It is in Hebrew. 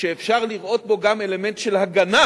שאפשר לראות בו גם אלמנט של הגנה